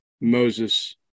Moses